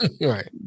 right